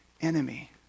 enemy